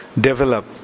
develop